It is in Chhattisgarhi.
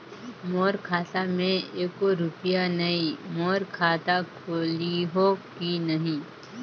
मोर खाता मे एको रुपिया नइ, मोर खाता खोलिहो की नहीं?